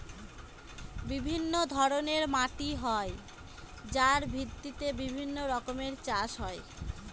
বিভিন্ন ধরনের মাটি হয় যার ভিত্তিতে বিভিন্ন রকমের চাষ হয়